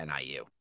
NIU